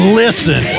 listen